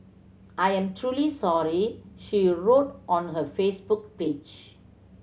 I am truly sorry she wrote on her Facebook page